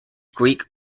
greek